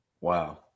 Wow